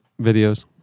videos